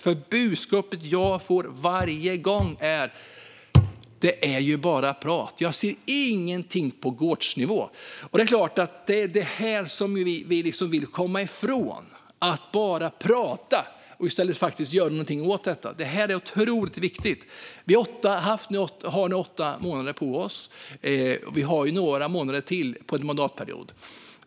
Det budskap jag får av dem varje gång är att det bara är prat och att de inte ser någonting på gårdsnivå. Det är detta vi vill komma ifrån - att man bara pratar. I stället vill vi göra något åt det hela. Det är otroligt viktigt. Vi har haft åtta månader på oss, och vi har några månader kvar på mandatperioden.